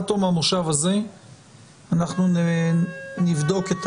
שעד תום המושב הזה אנחנו נבדוק את